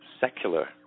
secular